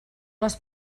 les